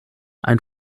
ein